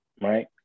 right